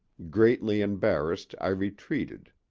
greatly embarrassed, i retreated,